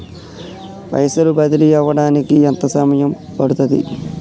పైసలు బదిలీ అవడానికి ఎంత సమయం పడుతది?